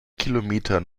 kilometer